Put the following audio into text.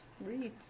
read